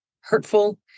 hurtful